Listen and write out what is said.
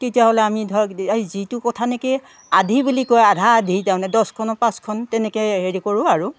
তেতিয়াহ'লে আমি ধৰক এই যিটো কথা নেকি আধি বুলি কয় আধা আধি তাৰমানে দহখনৰ পাঁচখন তেনেকৈ হেৰি কৰোঁ আৰু